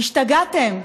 השתגעתם.